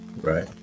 Right